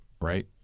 right